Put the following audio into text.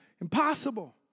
impossible